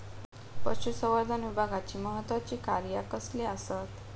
पशुसंवर्धन विभागाची महत्त्वाची कार्या कसली आसत?